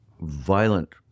violent